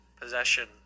possession